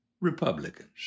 Republicans